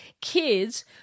kids